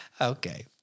Okay